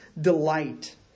delight